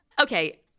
Okay